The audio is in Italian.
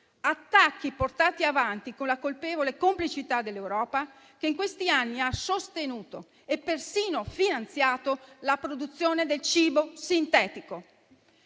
attacchi portati avanti con la colpevole complicità dell'Europa, che in questi anni ha sostenuto e persino finanziato la produzione del cibo sintetico.